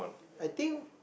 I think